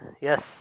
Yes